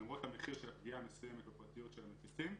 למרות המחיר של הפגיעה המסוימת בפרטיות של המפיצים.